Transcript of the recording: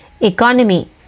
economy